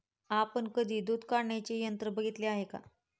आपण कधी दूध काढण्याचे यंत्र बघितले आहे का?